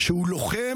לשר.